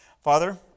Father